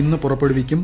ഇന്ന് പുറപ്പെടുവിക്കും